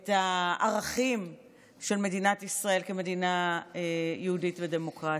את הערכים של מדינת ישראל כמדינה יהודית ודמוקרטית.